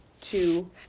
two